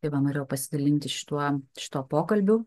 tai va norėjau pasidalinti šituo šituo pokalbiu